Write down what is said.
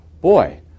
Boy